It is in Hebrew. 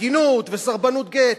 עגינות וסרבנות גט.